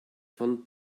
von